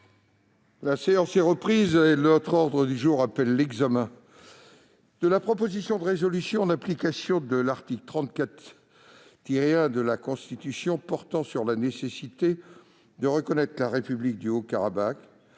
La séance est reprise. L'ordre du jour appelle l'examen de la proposition de résolution, en application de l'article 34-1 de la Constitution, portant sur la nécessité de reconnaître la République du Haut-Karabagh,